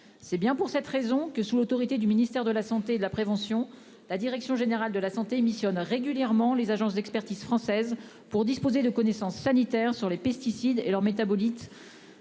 C'est bien pour cette raison que, sous l'autorité du ministère de la santé et de la prévention, la direction générale de la santé missionne régulièrement les agences d'expertise françaises pour disposer de connaissances sanitaires sur les pesticides et leurs métabolites.